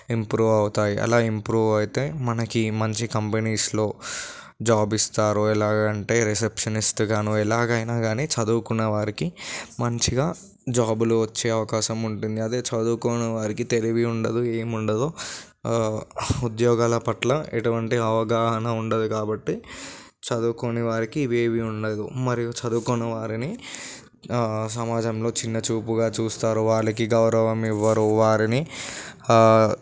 improve అవుతాయి అలా improve అయితే మనకి మంచి కంపెనీస్లో జాబ్ ఇస్తారు ఎలాగ అంటే రిసెప్షనిస్ట్గానో ఎలాగైనా కానీ చదువుకున్న వారికి మంచిగా జాబులు వచ్చే అవకాశం ఉంటుంది అదే చదువుకోని వారికి తెలివి ఉండదు ఏం ఉండదు ఉద్యోగాల పట్ల ఎటువంటి అవగాహన ఉండదు కాబట్టి చదువుకోని వారికి ఇవేవీ ఉండదు మరియు చదువుకోని వారిని సమాజంలో చిన్న చూపుగా చూస్తారు వాళ్ళకి గౌరవం ఇవ్వరు వారిని